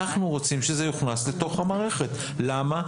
אנחנו רוצים שזה יוכנס לתוך המערכת, למה?